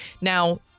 Now